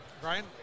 Brian